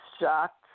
shocked